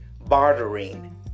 bartering